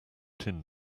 tin